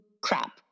crap